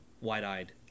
wide-eyed